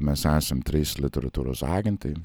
mes esam trys literatūros agentai